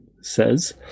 says